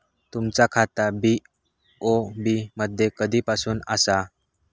तुमचा खाता बी.ओ.बी मध्ये कधीपासून आसा?